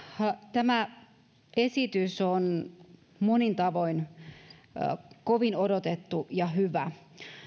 tämä esitys on monin tavoin kovin odotettu ja hyvä